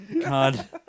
God